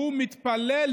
הוא מתפלל.